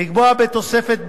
לקבוע בתוספת,